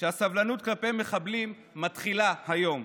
שהסבלנות כלפי מחבלים מתחילה היום,